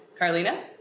Carlina